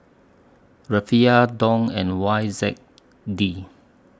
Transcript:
Rufiyaa Dong and Y Z D